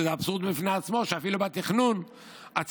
וזה אבסורד בפני עצמו שאפילו בתכנון הציבור